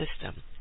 system